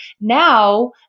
now